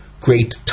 great